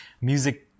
music